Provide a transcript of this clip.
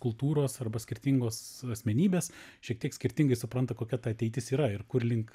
kultūros arba skirtingos asmenybės šiek tiek skirtingai supranta kokia ta ateitis yra ir kur link